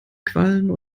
quallen